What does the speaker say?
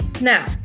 Now